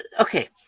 Okay